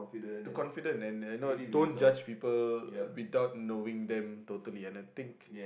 to confident and and not don't judge people without knowing them totally and I think